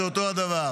זה אותו הדבר.